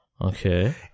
Okay